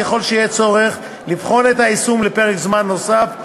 ככל שיהיה צורך לבחון את היישום לפרק זמן נוסף,